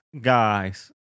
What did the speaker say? guys